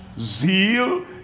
zeal